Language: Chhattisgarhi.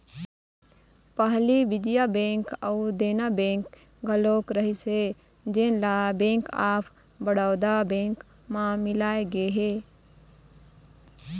पहली विजया बेंक अउ देना बेंक घलोक रहिस हे जेन ल बेंक ऑफ बड़ौदा बेंक म मिलाय गे हे